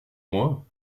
moi